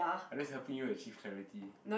I just helping you achieve clarity